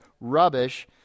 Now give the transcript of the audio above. rubbish